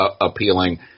appealing